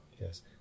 yes